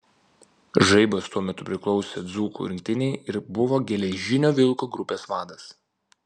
žaibas tuo metu priklausė dzūkų rinktinei ir buvo geležinio vilko grupės vadas